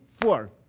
four